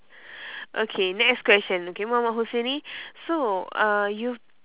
okay next question okay muhammad husaini so uh you've